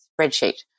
spreadsheet